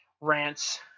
rants